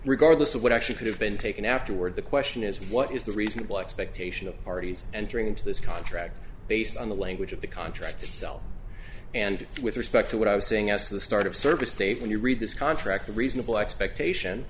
regardless of what actually could have been taken afterward the question is what is the reasonable expectation of parties entering into this contract based on the language of the contract itself and with respect to what i was saying s the start of service state when you read this contract the reasonable expectation